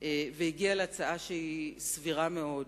והגיעה להצעה סבירה מאוד,